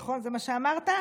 נכון, זה מה שאמרת?